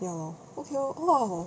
ya okay lor !wow!